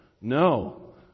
No